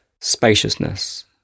spaciousness